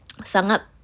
sangat